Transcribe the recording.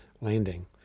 landing